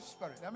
Spirit